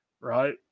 right